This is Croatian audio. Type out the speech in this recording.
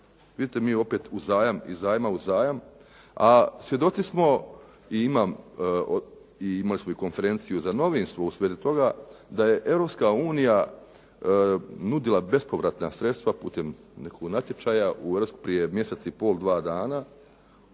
Vidite, mi opet iz zajma u zajam a svjedoci smo i imam, i imali smo i konferenciju za novinstvo u svezi toga da je Europska unija nudila bespovratna sredstva putem nekog natječaja prije mjesec i pol, dva dana